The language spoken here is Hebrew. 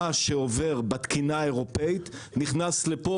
מה שעובר בתקינה האירופאית נכנס לפה